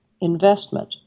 investment